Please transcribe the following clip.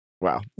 Wow